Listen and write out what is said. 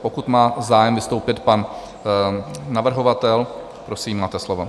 Pokud má zájem vystoupit pan navrhovatel, prosím, máte slovo.